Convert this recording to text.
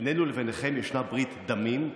בינינו לבינכם ישנה ברית דמים,